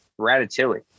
Ratatouille